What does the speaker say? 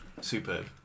superb